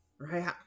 right